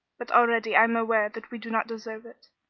but already i am aware that we do not deserve it.